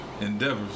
endeavors